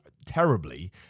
Terribly